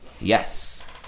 Yes